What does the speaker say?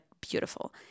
beautiful